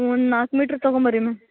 ಒಂದು ನಾಲ್ಕು ಮೀಟ್ರ್ ತಗೊಂಬನ್ರಿ ಮ್ಯಾಮ್